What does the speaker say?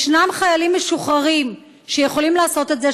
ישנם חיילים משוחררים שיכולים לעשות את זה,